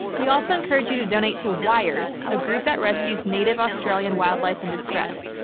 we also encourage you to donate to wires, a group that rescues native australian wildlife and distress.